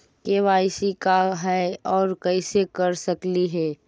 KYC का है, और कैसे कर सकली हे?